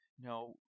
no